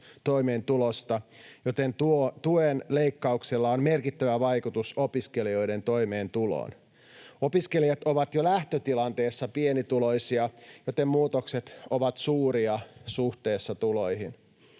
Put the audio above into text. toimeentulosta, joten tuen leikkauksella on merkittävä vaikutus opiskelijoiden toimeentuloon. Opiskelijat ovat jo lähtötilanteessa pienituloisia, joten muutokset ovat suuria suhteessa tuloihin.